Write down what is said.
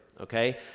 okay